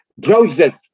Joseph